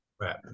Right